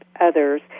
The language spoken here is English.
others